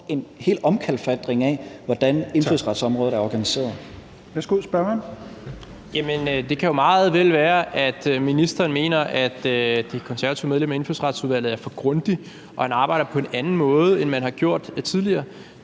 Petersen): Værsgo, spørgeren. Kl. 18:36 Rasmus Jarlov (KF): Det kan meget vel være, at ministeren mener, at det konservative medlem af Indfødsretsudvalget er for grundig, og at han arbejder på en anden måde, end man har gjort tidligere,